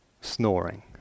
snoring